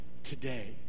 Today